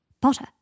Potter